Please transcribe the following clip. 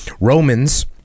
Romans